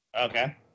Okay